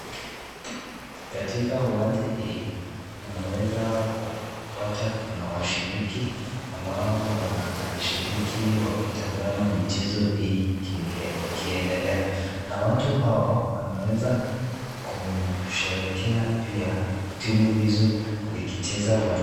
Katika uwanja hii, unaweza kupata kuna washiriki ambao wanashiriki wakitazama michezo hii ikiendelea, na watu hawa wanaweza kusherehekea pia timu hizo zikicheza uwanjani.